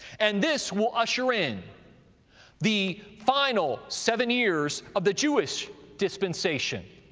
and this will usher in the final seven years of the jewish dispensation,